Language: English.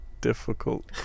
difficult